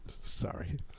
Sorry